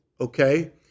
okay